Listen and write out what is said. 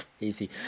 Easy